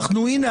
הנה,